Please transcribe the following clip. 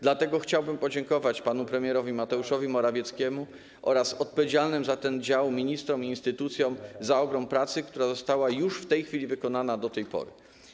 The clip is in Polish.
Dlatego chciałbym podziękować panu premierowi Mateuszowi Morawieckiemu oraz odpowiedzialnym za ten dział ministrom i instytucjom za ogrom pracy, która została wykonana do tej pory.